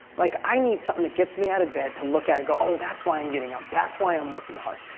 like, i need something that gets me out of bed, to look at, and go, oh, that's why i'm getting up. that's why i'm working hard.